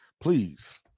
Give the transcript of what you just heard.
Please